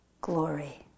glory